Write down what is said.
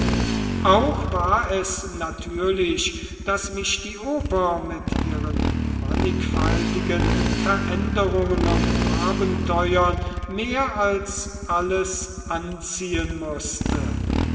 auch war es natürlich daß mich die oper mit ihren mannigfaltigen veränderungen und abenteuern mehr als alles anziehen mußte